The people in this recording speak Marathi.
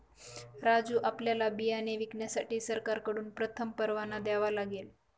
राजू आपल्याला बियाणे विकण्यासाठी सरकारकडून प्रथम परवाना घ्यावा लागेल